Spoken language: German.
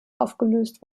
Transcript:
aufgelöst